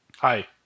Hi